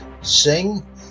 sing